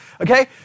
Okay